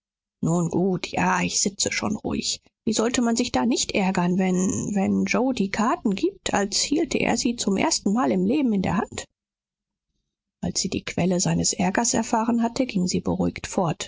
nun gut ja ich sitze schon ruhig wie sollte man sich da nicht ärgern wenn wenn yoe die karten gibt als hielte er sie zum erstenmal im leben in der hand als sie die quelle seines ärgers erfahren hatte ging sie beruhigt fort